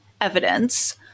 evidence